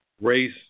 race